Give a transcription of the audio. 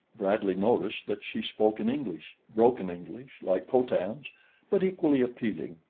bradley noticed that she spoke in english broken english like co-tan's but equally appealing.